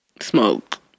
smoke